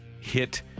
hit